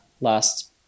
last